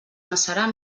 macerar